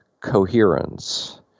coherence